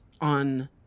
on